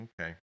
Okay